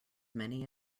many